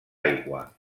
aigua